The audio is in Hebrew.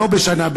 לא בשנה,